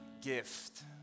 gift